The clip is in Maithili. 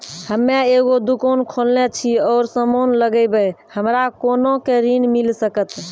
हम्मे एगो दुकान खोलने छी और समान लगैबै हमरा कोना के ऋण मिल सकत?